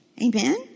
Amen